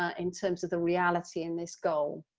ah in terms of the reality in this goal.